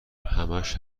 همش